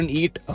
eat